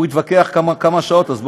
הוא התווכח כמה שעות, אז בוא.